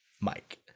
Mike